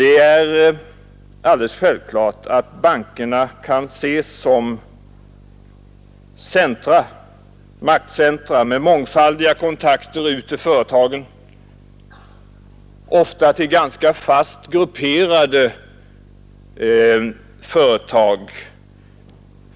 Det är alldeles klart att bankerna kan ses som maktcentra med mångfaldiga kontakter ut till företagen, ofta till ganska fast grupperade företag.